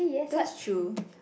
that's true